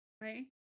right